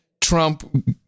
Trump